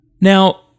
Now